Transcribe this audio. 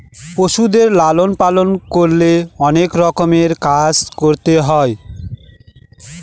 পশুদের লালন পালন করলে অনেক রকমের কাজ করতে হয়